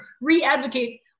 re-advocate